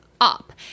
up